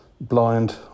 blind